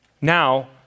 Now